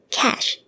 cash